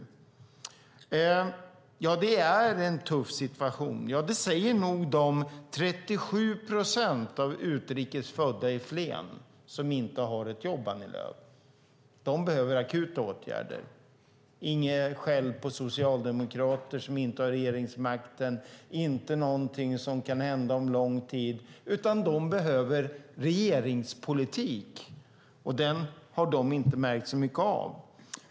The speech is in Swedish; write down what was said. Det är en tuff situation. Det säger nog de 37 procent av de utrikes födda i Flen som inte har ett jobb, Annie Lööf. De behöver akuta åtgärder och inget skäll på socialdemokrater som inte har regeringsmakten. De behöver inte någonting som kan hända om lång tid, utan de behöver regeringspolitik, och den har de inte märkt så mycket av.